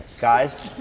Guys